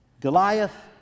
Goliath